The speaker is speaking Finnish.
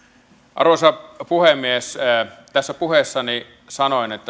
arvoisa puhemies tässä puheessani sanoin että